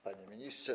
Panie Ministrze!